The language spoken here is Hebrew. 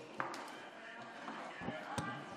שלי לא עובד.